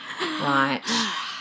Right